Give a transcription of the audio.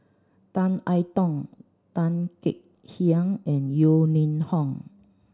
Tan I Tong Tan Kek Hiang and Yeo Ning Hong